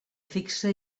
fixa